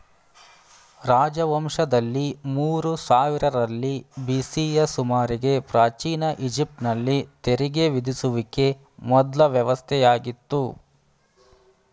ರಾಜವಂಶದಲ್ಲಿ ಮೂರು ಸಾವಿರರಲ್ಲಿ ಬಿ.ಸಿಯ ಸುಮಾರಿಗೆ ಪ್ರಾಚೀನ ಈಜಿಪ್ಟ್ ನಲ್ಲಿ ತೆರಿಗೆ ವಿಧಿಸುವಿಕೆ ಮೊದ್ಲ ವ್ಯವಸ್ಥೆಯಾಗಿತ್ತು